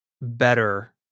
better